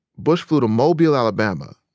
bush flew to mobile, alabama,